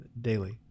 daily